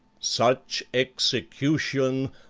such execution,